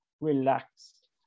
relaxed